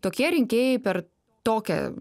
tokie rinkėjai per tokią